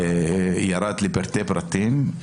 ירד לפרטי פרטים,